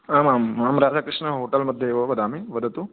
आम् आम् अहं राधाकृष्णहोटल् मध्ये एव वदामि वदतु